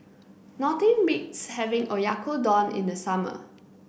nothing beats having Oyakodon in the summer